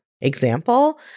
example